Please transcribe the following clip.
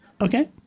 okay